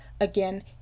again